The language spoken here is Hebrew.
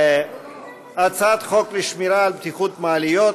הצעת חוק לשמירה על בטיחות מעליות,